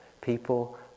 people